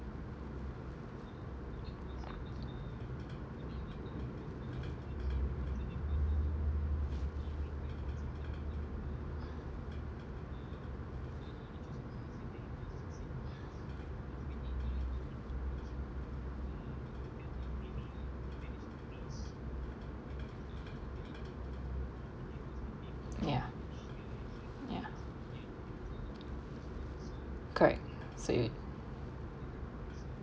ya ya correct so you